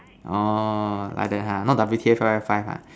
orh like that ha not W_T_F five five five ha